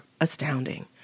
astounding